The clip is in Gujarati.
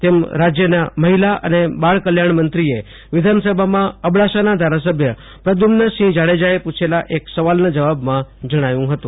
તેમ રાજયના મહિલા અને બાળ કલ્યાણમંત્રીએ વિધાનસભામાં અબડાસાના ધારાસભ્ય પ્રધ્યુમનસિંહ જાડેજાએ પુછેલા એક સવાલના જવાબમાં જણાવ્યુ હતું